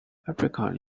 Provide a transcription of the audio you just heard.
apricot